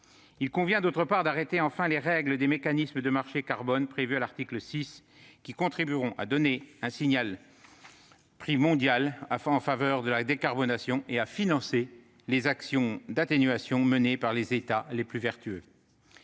Il convient, d'autre part, d'arrêter enfin les règles du mécanisme du marché du carbone prévu à l'article 6, qui contribueront à donner un signal prix mondial en faveur de la décarbonation et à financer les actions d'atténuation menées par les États les plus vertueux.